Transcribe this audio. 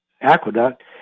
Aqueduct